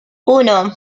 uno